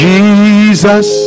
Jesus